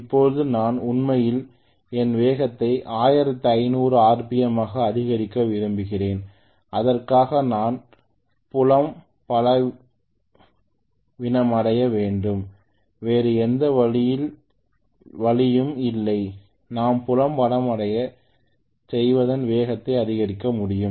இப்போது நான் உண்மையில் என் வேகத்தை 1500 ஆர்பிஎம் ஆக அதிகரிக்க விரும்புகிறேன் இதற்காக நான் புலம் பலவீனமடைய வேண்டும் வேறு எந்த வழியும் இல்லை நான் புலம் பலவீனமடையச் செய்தால் வேகத்தை அதிகரிக்க முடியும்